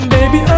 Baby